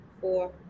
four